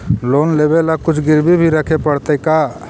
Loan लेबे ल कुछ गिरबी भी रखे पड़तै का?